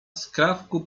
skrawku